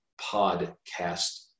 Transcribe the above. podcast